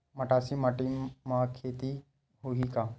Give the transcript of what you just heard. मटासी माटी म के खेती होही का?